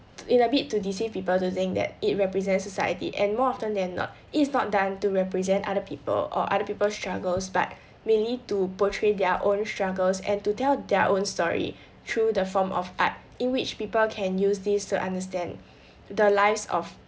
in a bid to deceive people to think that it represents society and more often than not it is not done to represent other people or other people struggles but merely to portray their own struggles and to tell their own story through the form of art in which people can use this to understand the lives of